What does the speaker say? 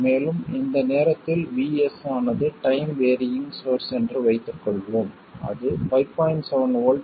மேலும் இந்த நேரத்தில் VS ஆனது டைம் வேறியிங் சோர்ஸ் என்று வைத்துக்கொள்வோம் அது 5